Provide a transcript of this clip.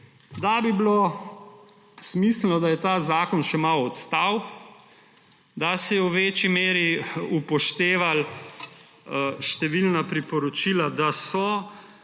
da bi bilo smiselno, da bi ta zakon še malo odstal, da bi se v večji meri upoštevalo številna priporočila, ki so,